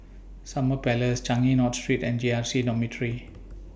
Summer Palace Changi North Street and J R C Dormitory